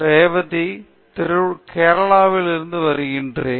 ரேவதி நான் திருவனந்தபுரம் கேரளாவில் இருந்து வருகிறேன்